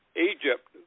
Egypt